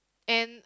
and